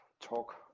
talk